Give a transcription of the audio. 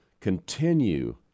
continue